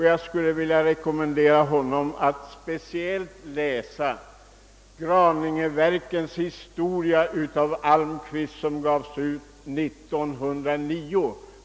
Jag vill rekommendera honom att speciellt läsa Graningeverken, Historisk skildring, av Almquist. Den gavs ut av bolaget 1909.